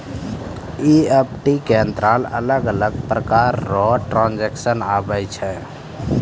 EFT के अंतरगत अलग अलग प्रकार रो ट्रांजेक्शन आवै छै